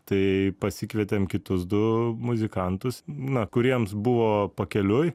tai pasikvietėm kitus du muzikantus na kuriems buvo pakeliui